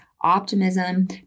optimism